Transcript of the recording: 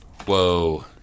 Whoa